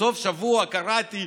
בסוף השבוע קראתי,